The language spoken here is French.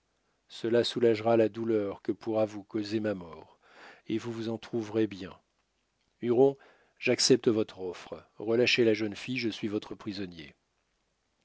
cela soulagera la douleur que pourra vous causer ma mort et vous vous en trouverez bien huron j'accepte votre offre relâchez la jeune fille je suis votre prisonnier